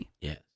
Yes